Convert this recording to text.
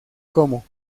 como